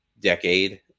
decade